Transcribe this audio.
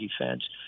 defense